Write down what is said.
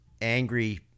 angry